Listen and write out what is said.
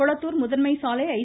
கொளத்தூர் முதன்மை சாலை ஐ